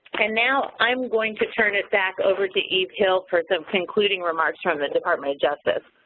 and now, i'm going to turn it back over to eve for some concluding remarks from the department of justice.